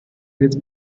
with